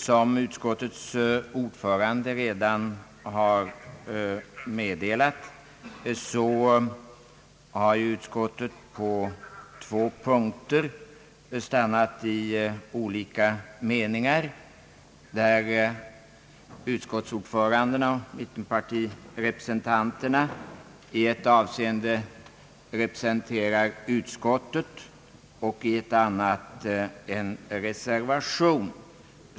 Som utskottets ordförande redan har meddelat har utskottet på två punkter stannat vid olika meningar, där utskottsordföranden och mittenpartirepresentanterna i ett avseende representerar utskottet och i ett annat avgivit en reservation.